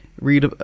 read